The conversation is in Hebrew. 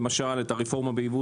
למשל הרפורמה בייבוא,